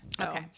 Okay